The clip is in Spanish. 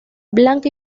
blanca